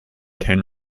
ten